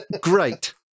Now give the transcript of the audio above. Great